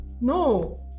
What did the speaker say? no